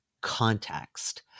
context